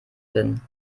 bin